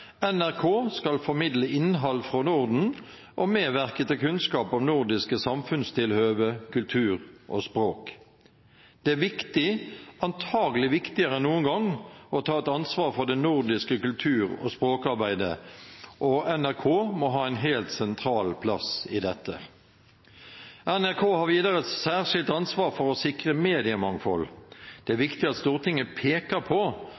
skal formidle innhald frå Norden og medverke til kunnskap om nordiske samfunnstilhøve, kultur og språk.» Det er viktig, antagelig viktigere enn noen gang, å ta et ansvar for det nordiske kultur- og språkarbeidet, og NRK må ha en helt sentral plass i dette. NRK har videre et særskilt ansvar for å sikre mediemangfold. Det er viktig at Stortinget peker på